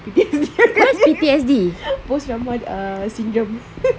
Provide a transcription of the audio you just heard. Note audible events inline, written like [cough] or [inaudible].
[laughs] post trauma ah syndrome [laughs]